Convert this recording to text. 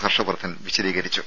ഹർഷവർദ്ധൻ വിശദീകരിച്ചു